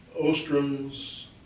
Ostrom's